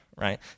right